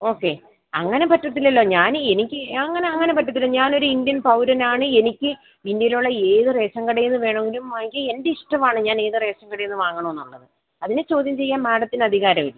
okay അങ്ങനെ പറ്റത്തില്ലല്ലോ ഞാൻ എനിക്ക് അങ്ങനെ അങ്ങനെ പറ്റത്തില്ല ഞാനൊരു ഇന്ത്യൻ പൗരനാണ് എനിക്ക് ഇന്ത്യയിലുള്ള ഏത് റേഷൻ കടയിൽനിന്ന് വേണമെങ്കിലും വാങ്ങിക്കാം എൻ്റെ ഇഷ്ടമാണ് ഞാനേത് റേഷൻ കടയിൽനിന്ന് വാങ്ങണം എന്നുള്ളത് അതിനെ ചോദ്യം ചെയ്യാൻ മാഡത്തിന് അധികാരമില്ല